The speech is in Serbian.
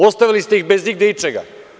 Ostavili ste ih bez igde ičega.